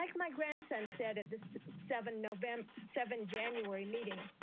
like my grandson said at the seven november seven january meeting.